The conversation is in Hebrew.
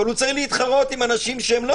אבל הוא צריך להתחרות עם אנשים שהם לא